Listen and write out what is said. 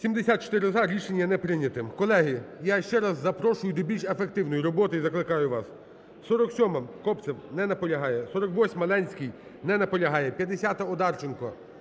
За-74 Рішення не прийняте. Колеги, я ще раз запрошую до більш ефективної роботи і закликаю вас. 47-а, Кобцев. Не наполягає. 48-а, Ленський. Не наполягає. 50-а, Одарченко.